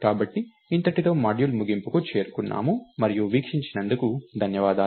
కాబట్టి ఇంతటితో మాడ్యూల్ ముగింపుకు చేరుకున్నాము మరియు వీక్షించినందుకు ధన్యవాదాలు